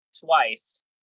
twice